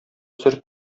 сер